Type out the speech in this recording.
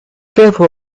careful